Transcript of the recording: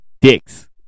dicks